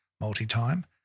multi-time